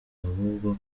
ahubwo